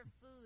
food